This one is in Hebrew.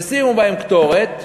ושימו בהן קטורת,